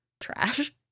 trash